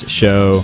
show